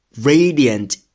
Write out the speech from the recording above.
radiant